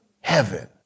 Heaven